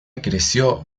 creció